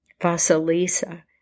Vasilisa